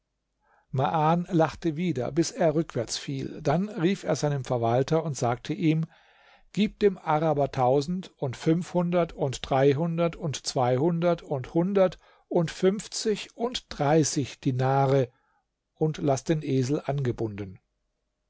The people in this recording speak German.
lachte wieder bis er rückwärts fiel dann rief er seinem verwalter und sagte ihm gib dem araber tausend und fünfhundert und dreihundert und zweihundert und hundert und fünfzig und dreißig dinare und laß den esel angebunden